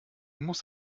muss